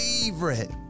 favorite